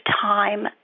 time